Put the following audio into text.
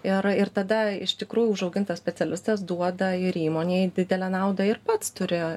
ir ir tada iš tikrųjų užaugintas specialistas duoda ir įmonei didelę naudą ir pats turi